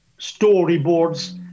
storyboards